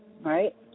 right